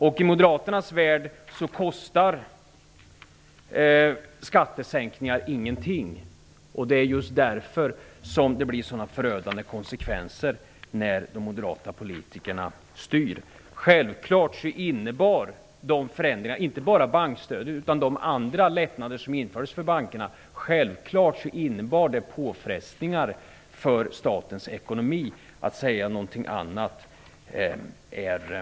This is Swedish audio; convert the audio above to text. I moderaternas värld kostar skattesänkningar ingenting, och det är just därför som det blir sådana förödande konsekvenser när de moderata politikerna styr. Självklart innebar de förändringarna, inte bara bankstödet utan även de andra lättnader som infördes för bankerna, påfrestningar för statens ekonomi. Att säga någonting annat är fel.